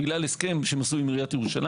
בגלל הסכם שהם עשו עם עיריית ירושלים.